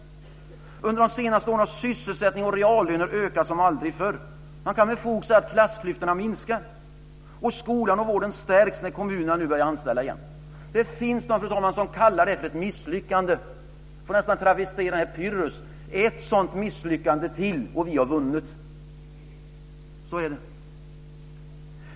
Under de senaste åren har sysselsättning och reallöner ökat som aldrig förr. Man kan med fog säga att klassklyftorna har minskat, och skolan och vården stärks när kommunerna nu börjar anställa igen. Det finns de, fru talman, som kallar det för ett misslyckande. Jag får nästan travestera Pyrrhus: Ett sådant misslyckande till, och vi har vunnit!